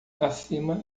acima